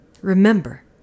remember